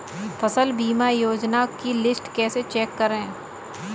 फसल बीमा योजना की लिस्ट कैसे चेक करें?